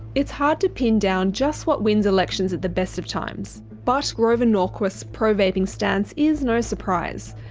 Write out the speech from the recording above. it's hard to pin down just what wins elections at the best of times, but grover norquist's pro-vaping stance is no surprise.